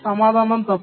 సమాధానం తప్పు